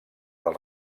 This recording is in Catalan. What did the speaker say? del